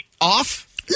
off